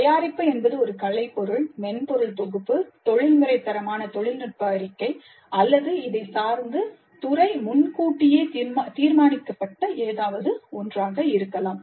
தயாரிப்பு ஒரு கலைப்பொருள் மென்பொருள் தொகுப்பு தொழில்முறை தரமான தொழில்நுட்ப அறிக்கை அல்லது இதைச் சார்ந்து துறை முன்கூட்டியே தீர்மானிக்கப்பட்ட ஏதாவது ஒன்றாக இருக்கலாம்